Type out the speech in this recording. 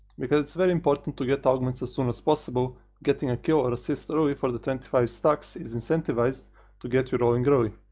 because its very important to get augments as soon as possible, getting a kill or assist early for the twenty five stacks is incentivized to get you rolling early,